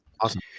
Awesome